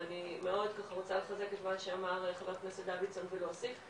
ואני מאוד רוצה לחזק את מה שאמר חה"כ דוידסון ולהוסיף,